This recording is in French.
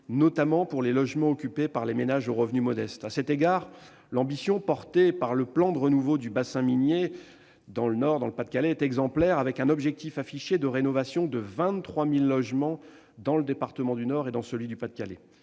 notamment pour les logements occupés par des ménages aux revenus modestes. À cet égard, l'ambition portée par le plan de renouveau du bassin minier est exemplaire, avec un objectif affiché de rénovation de 23 000 logements dans les départements du Nord et du Pas-de-Calais.